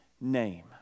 name